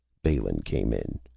balin came in.